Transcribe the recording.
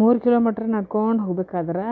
ಮೂರು ಕಿಲೋಮೀಟ್ರ್ ನಡ್ಕೊಂಡು ಹೊಗಬೇಕಾದ್ರೆ